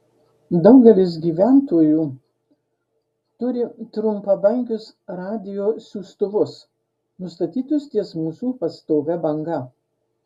daugelis gyventojų turi trumpabangius radijo siųstuvus nustatytus ties mūsų pastovia banga